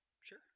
sure